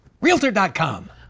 Realtor.com